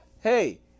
hey